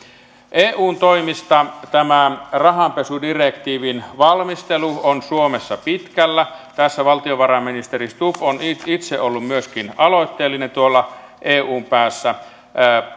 eun toimista tämä rahanpesudirektiivin valmistelu on suomessa pitkällä tässä myöskin valtiovarainministeri stubb on itse ollut aloitteellinen tuolla eun päässä